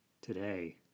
today